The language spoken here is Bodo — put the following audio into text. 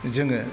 जोङो